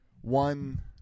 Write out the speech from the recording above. one